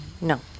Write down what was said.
No